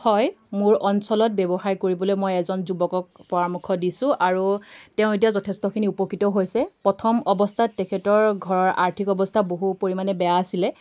হয় মোৰ অঞ্চলত ব্যৱসায় কৰিবলৈ মই এজন যুৱকক পৰামৰ্শ দিছোঁ আৰু তেওঁ এতিয়া যথেষ্টখিনি উপকৃত হৈছে প্ৰথম অৱস্থাত তেখেতৰ ঘৰৰ আৰ্থিক অৱস্থা বহু পৰিমাণে বেয়া আছিলে